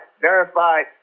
verified